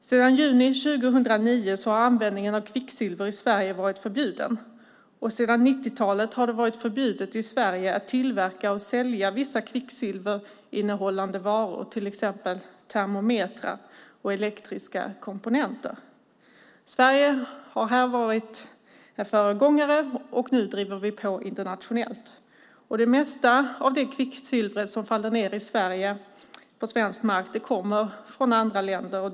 Sedan juni 2009 har användningen av kvicksilver i Sverige varit förbjuden, och sedan 90-talet har det varit förbjudet att i Sverige tillverka och sälja vissa varor som innehåller kvicksilver, till exempel termometrar och elektriska komponenter. Sverige har här varit en föregångare, och nu driver vi på internationellt. Det mesta av det kvicksilver som faller ned på svensk mark kommer från andra länder.